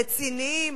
רציניים,